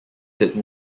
did